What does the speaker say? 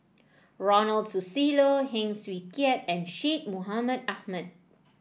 Ronald Susilo Heng Swee Keat and Syed Mohamed Ahmed